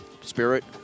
spirit